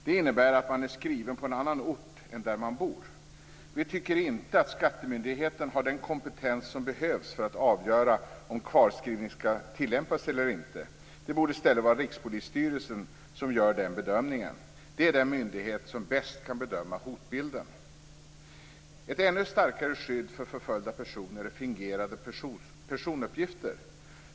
Det innebär att man är skriven på en annan ort än där man bor. Vi tycker inte att skattemyndigheten har den kompetens som behövs för att avgöra om kvarskrivning skall tillämpas eller inte. Det borde i stället vara Rikspolisstyrelsen som gör den bedömningen. Det är den myndighet som bäst kan bedöma hotbilden. Ett ännu starkare skydd för förföljda personer är fingerade personuppgifter.